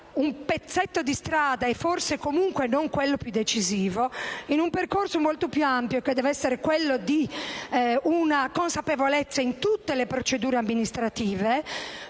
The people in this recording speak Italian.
un pezzetto di strada e, forse, comunque quello non più decisivo in un percorso molto più ampio che deve essere quello di una consapevolezza in tutte le procedure amministrative